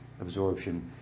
absorption